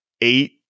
eight